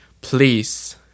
Please